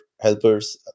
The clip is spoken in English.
helpers